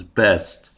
best